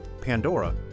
Pandora